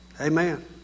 Amen